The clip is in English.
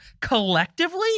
collectively